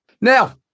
Now